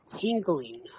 tingling